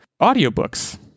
audiobooks